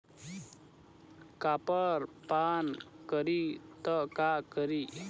Copper पान करी त का करी?